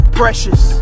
precious